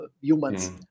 humans